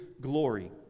glory